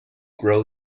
grow